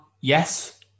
yes